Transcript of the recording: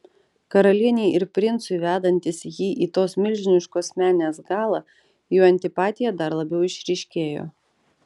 karalienei ir princui vedantis jį į tos milžiniškos menės galą jų antipatija dar labiau išryškėjo